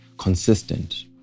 Consistent